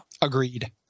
Agreed